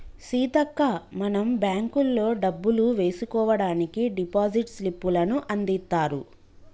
సీతక్క మనం బ్యాంకుల్లో డబ్బులు వేసుకోవడానికి డిపాజిట్ స్లిప్పులను అందిత్తారు